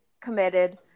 committed